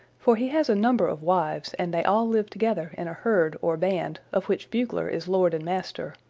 for he has a number of wives and they all live together in a herd or band of which bugler is lord and master.